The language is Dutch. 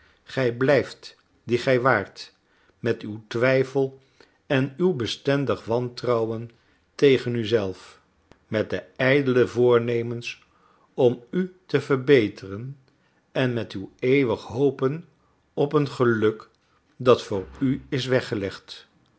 gij blijft die gij waart met uw twijfel en uw bestendig wantrouwen tegen u zelf met de ijdele voornemens om u te verbeteren en met uw eeuwig hopen op een geluk dat voor u is weggelegd